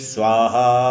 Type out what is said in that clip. Swaha